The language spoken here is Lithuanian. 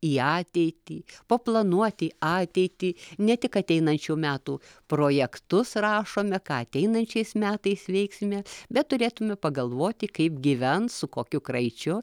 į ateitį paplanuoti ateitį ne tik ateinančių metų projektus rašome ką ateinančiais metais veiksime bet turėtume pagalvoti kaip gyvens su kokiu kraičiu